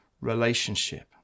relationship